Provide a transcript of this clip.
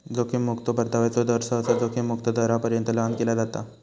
जोखीम मुक्तो परताव्याचो दर, सहसा जोखीम मुक्त दरापर्यंत लहान केला जाता